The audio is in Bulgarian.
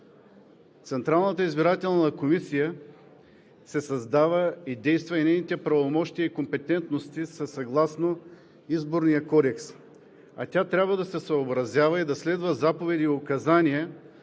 Централната избирателна комисия се създава и действа, и нейните правомощия и компетентности са съгласно Изборния кодекс, а тя трябва да се съобразява и да следва заповеди и указания